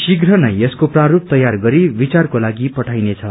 श्रीप्रनै यसको प्रास्प तयार गरी विचारको लागि पठाइनेछ